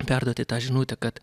perduoti tą žinutę kad